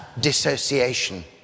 dissociation